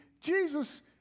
Jesus